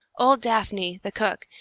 old daphne, the cook,